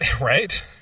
right